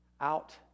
Out